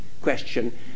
question